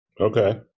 Okay